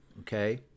Okay